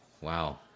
Wow